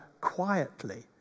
quietly